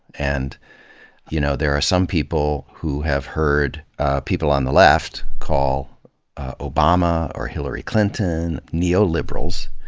and you know there are some people who have heard people on the left call obama or hilary clinton neoliberals,